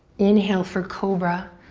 inhale for cobra,